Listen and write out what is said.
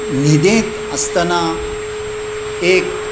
न्हिदेंत आसतना एक